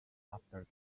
after